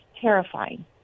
terrifying